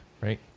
right